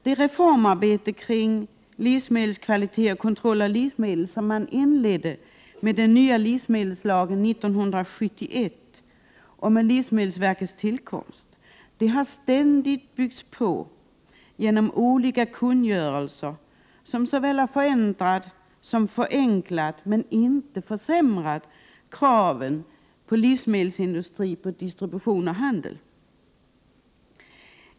Det reformarbete kring livsmedelskvalitet och kontroll av livsmedel som inleddes med den nya livsmedelslagen 1971 och livsmedelsverkets tillkomst, har ständigt byggts på genom olika kungörelser, vilka såväl förändrat som förenklat — men inte försämrat — de bestämmelser som ställer krav på livsmedelsindustri, distribution och handel.